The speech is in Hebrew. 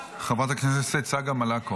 חברת הכנסת צגה מלקו,